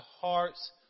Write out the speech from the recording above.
hearts